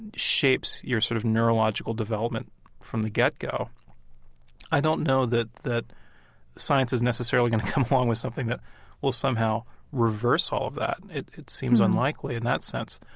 and shapes your sort of neurological development from the get-go, i don't know that that science is necessarily going to come along with something that will somehow reverse all of that. it it seems unlikely in that sense.